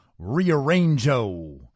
rearrangeo